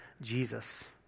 Jesus